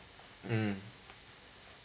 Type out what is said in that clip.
mm